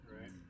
Right